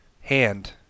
hand